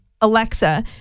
Alexa